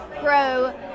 grow